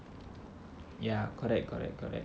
ya correct correct correct